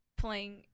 playing